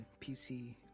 PC